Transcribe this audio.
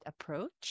approach